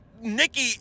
Nikki